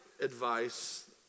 advice